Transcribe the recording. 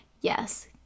yes